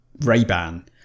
Ray-Ban